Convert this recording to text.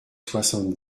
soixante